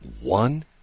one